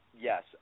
Yes